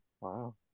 Wow